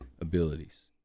abilities